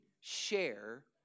share